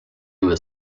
was